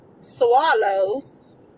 swallows